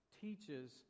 teaches